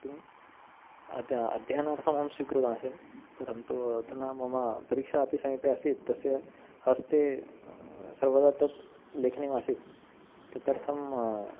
किम् अद्य अध्ययनार्थमहं स्वीकृतवान् आसीत् परन्तु अधुना मम परीक्षा अपि समीपे आसीत् तस्य हस्ते सर्वदा तत् लेखनीमासीत् तदर्थं